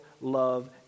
love